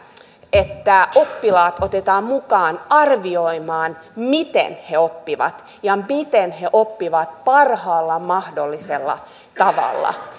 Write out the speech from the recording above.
että oppilaat otetaan mukaan arvioimaan miten he oppivat ja miten he oppivat parhaalla mahdollisella tavalla